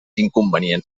inconvenient